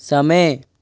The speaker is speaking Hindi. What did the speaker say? समय